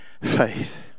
faith